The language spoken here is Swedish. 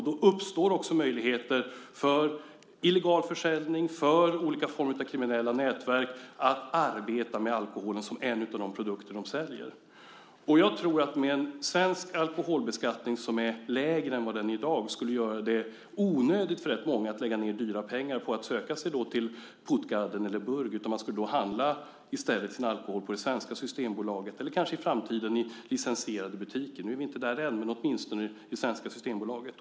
Då uppstår också möjligheter för illegal försäljning och för olika kriminella nätverk att arbeta med alkoholen som en av de produkter de säljer. Jag tror att en svensk alkoholbeskattning som var lägre än den är i dag skulle göra det onödigt för rätt många att lägga dyra pengar på att söka till Puttgarden eller Burg. I stället skulle man då handla sin alkohol på det svenska Systembolaget eller kanske i framtiden i licensierade butiker - nu är vi inte där än, men åtminstone på det svenska Systembolaget.